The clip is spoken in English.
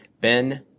Ben